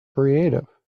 creative